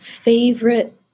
favorite